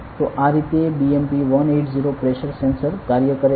તો આ રીતે BMP180 પ્રેશર સેન્સર કાર્ય કરે છે